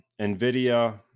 NVIDIA